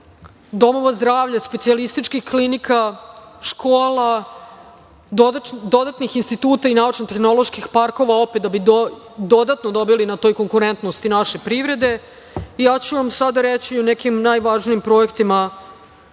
domova zdravlja, specijalističkih klinika, škola, dodatnih instituta i naučno-tehnoloških parkova, da bi dodatno dobili na toj konkurentnosti naše privrede. Ja ću vam sada reći o nekim najvažnijim projektima